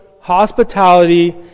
hospitality